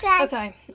Okay